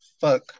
fuck